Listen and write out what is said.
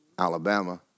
Alabama